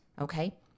Okay